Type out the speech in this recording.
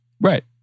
Right